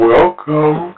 Welcome